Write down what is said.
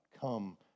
come